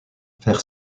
faire